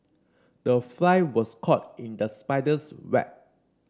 the fly was caught in the spider's web